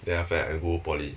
then after that I go poly